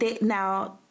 now